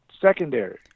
secondary